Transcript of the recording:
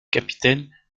capitaine